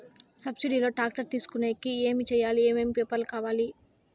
Subsidy లో tractor తీసుకొనేకి ఏమి చేయాలి? ఏమేమి పేపర్లు కావాలి?